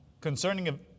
concerning